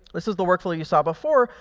this is the workflow you saw before.